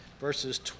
verses